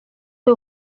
que